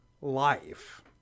life